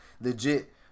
legit